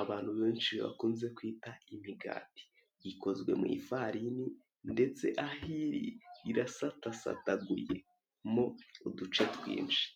abantu benshi bakunze kwita imigati ikozwe mu ifarini ndetse aho iri irasatasataguye mo uduce twinshi.